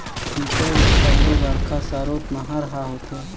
सिंचई बर सबले बड़का सरोत नहर ह होथे